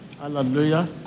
Hallelujah